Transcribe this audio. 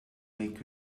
make